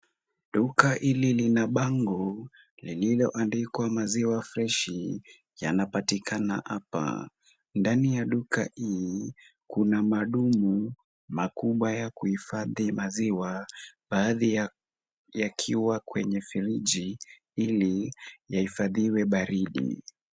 Duka hili lina bango lililoandikwa maziwa freshi, yanapatikana hapa. Ndani ya duka hii kuna madumu makubwa ya kuhifadhi maziwa, baadhi yakiwa kwenye friji ili yahifadhiwe baridi.